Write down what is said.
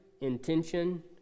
intention